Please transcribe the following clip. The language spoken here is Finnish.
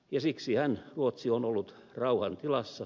ja siksihän ruotsi on ollut rauhantilassa